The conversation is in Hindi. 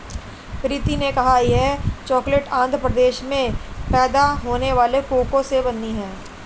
प्रीति ने कहा यह चॉकलेट आंध्र प्रदेश में पैदा होने वाले कोको से बनी है